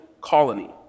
colony